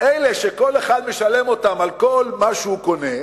אלה שכל אחד משלם על כל מה שהוא קונה,